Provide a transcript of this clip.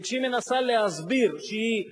וכשהיא מנסה להסביר שהיא ערבייה,